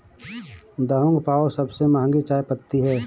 Da Hong Pao सबसे महंगी चाय पत्ती है